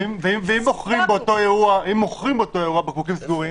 ואם מוכרים באותו אירוע בקבוקים סגורים?